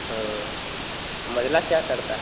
आ मझला क्या करता है